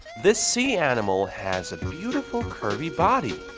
this sea animal has a beautiful curvy body!